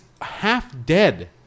half-dead